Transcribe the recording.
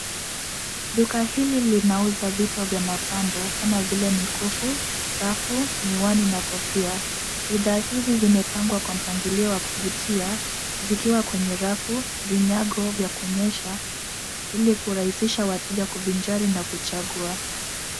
Duka hili linauza vitu vya mapambo kama vile mikufu, skafu ,miwani na kofia. Bidhaa hizi zimepangwa kwa mpangilio wa kuvutia zikiwa kwenye rafu vinyago vya kuonesha ili kurahisisha wateja kuvinjari na kuchagua.